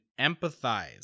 empathize